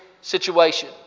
situation